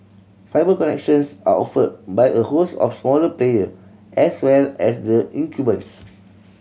fibre connections are offered by a host of smaller player as well as the incumbents